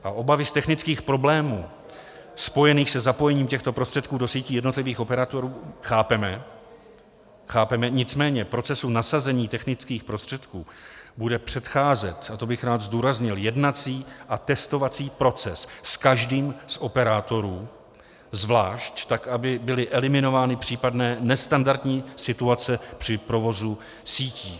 A obavy z technických problémů spojených se zapojením těchto prostředků do sítí jednotlivých operátorů chápeme, nicméně procesu nasazení technických prostředků bude předcházet a to bych rád zdůraznil jednací a testovací proces s každým z operátorů zvlášť, tak aby byly eliminovány případné nestandardní situace při provozu sítí.